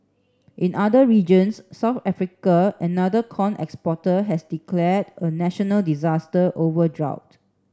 in other regions South Africa another corn exporter has declared a national disaster over drought